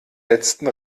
letzten